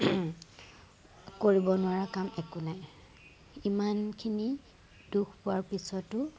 কৰিব নোৱাৰা কাম একো নাই ইমানখিনি দুখ পোৱাৰ পিছতো